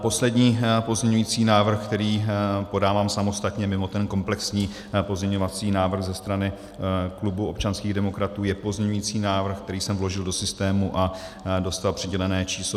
Poslední pozměňovací návrh, který podávám samostatně mimo komplexní pozměňovací návrh ze strany klubu občanských demokratů, je pozměňovací návrh, který jsem vložil do systému a dostal přidělené číslo 3907.